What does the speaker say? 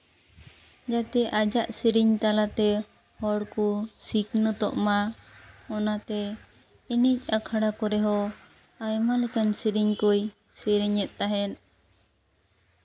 ᱡᱟᱛᱮ ᱟᱡᱟᱜ ᱥᱮᱨᱮᱧ ᱛᱟᱞᱟᱛᱮ ᱦᱚᱲ ᱠᱩ ᱥᱤᱠᱷᱱᱟᱹᱛᱚᱜ ᱢᱟ ᱚᱱᱟᱛᱮ ᱮᱱᱮᱡ ᱟᱠᱷᱲᱟ ᱠᱚᱨᱮ ᱦᱚᱸ ᱟᱭᱢᱟ ᱞᱮᱠᱟᱱ ᱥᱮᱨᱮᱧ ᱠᱚᱭ ᱥᱮᱨᱮᱧᱮᱛ ᱛᱟᱦᱮᱸᱫ